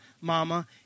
Mama